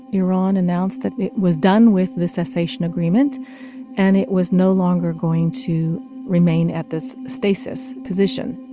iran announced that it was done with the cessation agreement and it was no longer going to remain at this stasis position.